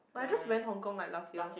but I just went Hong Kong like last year